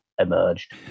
emerged